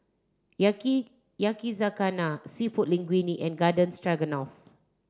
Yakizakana Seafood Linguine and Garden Stroganoff